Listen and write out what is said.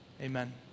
amen